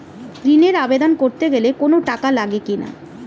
ঋণের আবেদন করতে গেলে কোন টাকা লাগে কিনা?